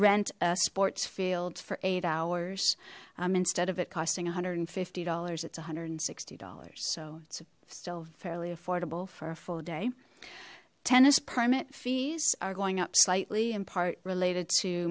rent a sports field for eight hours instead of it costing one hundred and fifty dollars it's a hundred and sixty dollars so it's still fairly affordable for a full day tennis permit fees are going up slightly in part related to